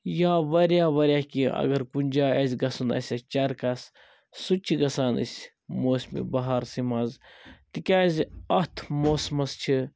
یا واریاہ واریاہ کینٛہہ اگر کُنہِ جایہِ آسہِ گَژھُن اَسہِ چَرکَس سُہ تہِ چھِ گَژھان أسۍ موسمِ بہارَسٕے مَنٛز تکیازِ اَتھ موسمَس چھِ